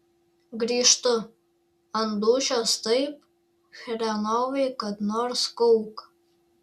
grįžtu ant dūšios taip chrenovai kad nors kauk